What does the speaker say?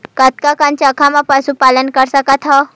कतका कन जगह म पशु पालन कर सकत हव?